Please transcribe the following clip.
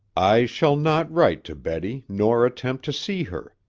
i shall not write to betty nor attempt to see her,